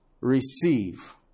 receive